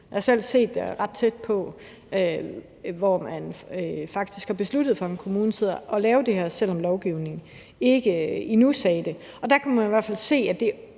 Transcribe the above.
Jeg har selv set det ret tæt på, hvor man faktisk har besluttet fra en kommunes side at lave det her, selv om lovgivningen endnu ikke krævede det, og der kunne man i hvert fald se, at den